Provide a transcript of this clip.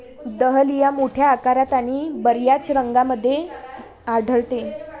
dahlia मोठ्या आकारात आणि बर्याच रंगांमध्ये आढळते